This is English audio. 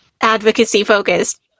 advocacy-focused